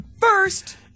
first